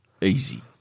Easy